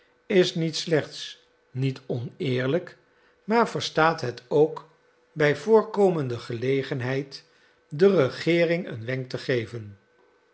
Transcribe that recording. is niet slechts niet oneerlijk maar verstaat het ook bij voorkomende gelegendheid de regeering een wenk te geven